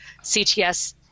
CTS